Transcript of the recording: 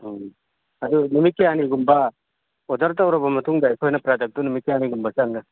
ꯎꯝ ꯑꯗꯨ ꯅꯨꯃꯤꯠ ꯀꯌꯥꯅꯤꯒꯨꯝꯕ ꯑꯣꯗꯔ ꯇꯧꯔꯕ ꯃꯇꯨꯡꯗ ꯑꯩꯈꯣꯏꯅ ꯄ꯭ꯔꯗꯛꯇꯨ ꯅꯨꯃꯤꯠ ꯀꯌꯥꯅꯤꯒꯨꯝꯕ ꯆꯪꯒꯅꯤ